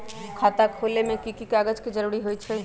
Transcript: खाता खोले में कि की कागज के जरूरी होई छइ?